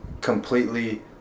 completely